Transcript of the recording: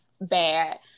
bad